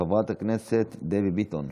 חברת הכנסת דבי ביטון.